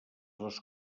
les